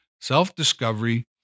self-discovery